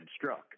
struck